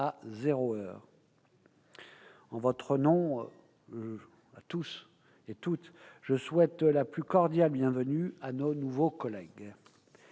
à zéro heure. En votre nom à toutes et tous, je souhaite la plus cordiale bienvenue à nos nouveaux collègues.